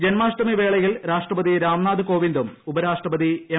ജന്മാഷ്ടമി വേളയിൽ രാഷ്ട്രപതി രാംനാഥ് കോവിന്ദും ഉപരാഷ്ട്രപതി എം